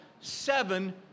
seven